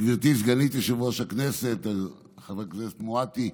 גברתי סגנית יושב-ראש הכנסת חברת הכנסת מואטי,